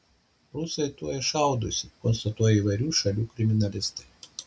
rusai tuoj šaudosi konstatuoja įvairių šalių kriminalistai